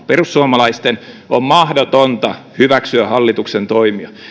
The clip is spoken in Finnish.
perussuomalaisten on mahdotonta hyväksyä hallituksen toimia